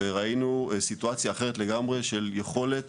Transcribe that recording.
וראינו סיטואציה אחרת לגמרי של יכולת